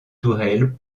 tourelles